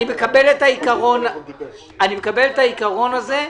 אני מקבל את העיקרון הזה,